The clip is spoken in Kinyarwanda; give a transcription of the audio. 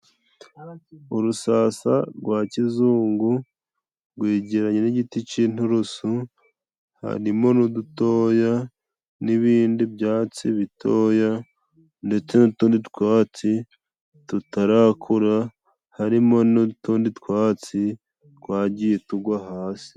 Urusasa rwa kizungu rwegeranye n'igiti cy'inturusu, harimo n'udutoya n'ibindi byatsi bitoya ndetse n'utundi twatsi tutarakura. Harimo n'utundi twatsi twagiye tugwa hasi.